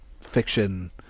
fiction